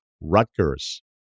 Rutgers